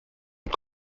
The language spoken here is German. und